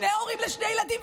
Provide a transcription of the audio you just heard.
שני הורים לשני ילדים,